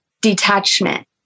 Detachment